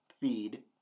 feed